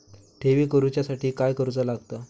ठेवी करूच्या साठी काय करूचा लागता?